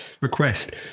request